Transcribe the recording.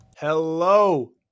Hello